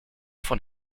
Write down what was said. von